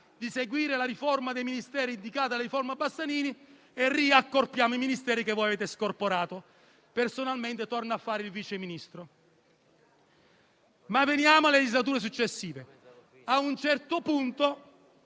di seguire la riforma dei Ministeri indicata dalla riforma Bassanini, e accorpiamo i Ministeri che voi avete scorporato. Personalmente torno a fare il Vice Ministro. Veniamo però alle legislature successive. A un certo punto,